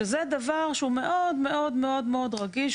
שזה דבר שהוא מאוד מאוד מאוד רגיש,